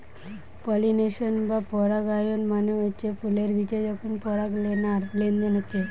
pollination বা পরাগায়ন মানে হচ্ছে ফুলের বিচে যখন পরাগলেনার লেনদেন হচ্ছে